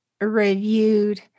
reviewed